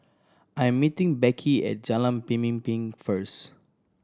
I am meeting Beckie at Jalan Pemimpin first